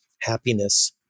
happiness